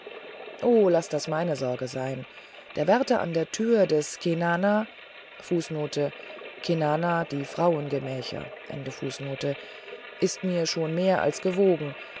o laß das meine sorge sein der wärter an der tür des cenanacenana die frauengemächer ist mir schon mehr als gewogen